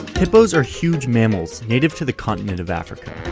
hippos are huge mammals native to the continent of africa